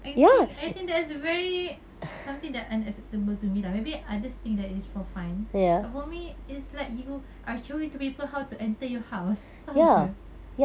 I think I think that is very something that unacceptable to me lah maybe others think that it's for fun but for me it's like you are showing to people how to enter your house faham ke